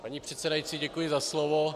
Paní předsedající, děkuji za slovo.